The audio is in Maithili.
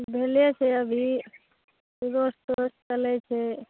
भेले छै अभी सुरो चलय छै